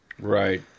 right